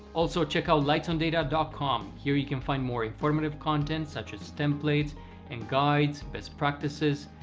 also check out lightsondata and com. here you can find more informative content such as templates and guides, best practices,